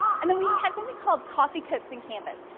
and then we have something called coffee, cokes, and canvas.